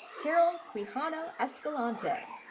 karoll quijano escalante.